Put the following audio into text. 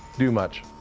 do much